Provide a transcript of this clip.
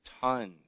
tons